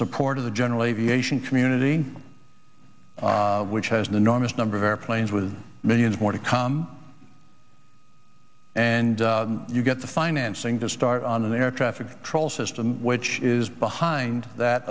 support of the general aviation community which has an enormous number of airplanes with millions more to come and you get the financing to start on an air traffic control system which is behind that